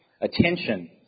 attention